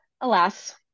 alas